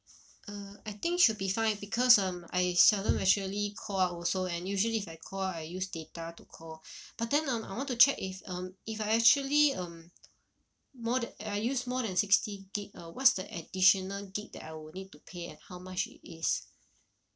uh I think should be fine because um I seldom actually call out also and usually if I call out I use data to call but then um I want to check if um if I actually um more tha~ uh I use more than sixty gig ah what's the additional gig that I will need to pay and how much it is